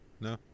no